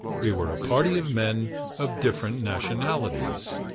we were a party of men of different nationalities.